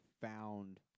found